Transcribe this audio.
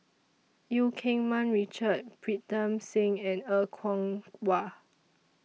EU Keng Mun Richard Pritam Singh and Er Kwong Wah